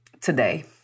today